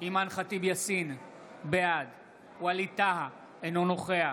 אימאן ח'טיב יאסין, בעד ווליד טאהא, אינו נוכח